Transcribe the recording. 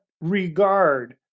regard